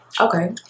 Okay